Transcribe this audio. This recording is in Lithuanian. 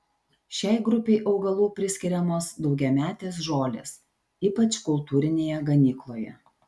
šiai grupei augalų priskiriamos daugiametės žolės ypač kultūrinėje ganykloje